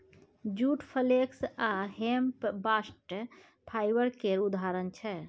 जुट, flax आ hemp bast fibre केर उदाहरण छै